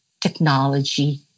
technology